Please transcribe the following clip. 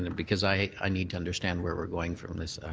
and because i i need to understand where we're going from this,